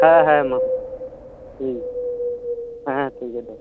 ᱦᱮᱸ ᱦᱮᱸ ᱢᱟ ᱴᱷᱤᱠ ᱜᱮᱭᱟ ᱦᱮᱸ ᱴᱷᱤᱠ ᱜᱮᱭᱟ ᱫᱚᱦᱚᱭᱮᱢ